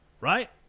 right